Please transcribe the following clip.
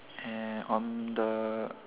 and on the